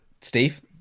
Steve